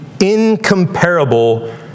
incomparable